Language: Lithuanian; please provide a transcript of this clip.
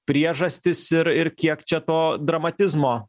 priežastys ir ir kiek čia to dramatizmo